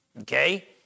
okay